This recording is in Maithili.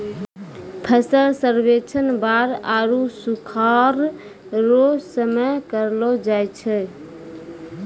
फसल सर्वेक्षण बाढ़ आरु सुखाढ़ रो समय करलो जाय छै